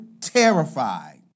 terrified